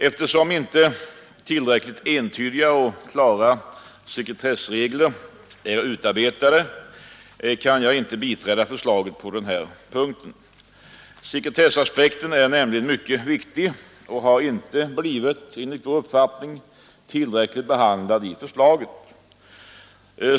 Eftersom inte tillräckligt entydiga och klara sekretessregler är utarbetade, kan jag inte biträda förslaget på den punkten. Sekretessaspekten är nämligen mycket viktig och har enligt vår uppfattning inte blivit tillräckligt behandlad i förslaget.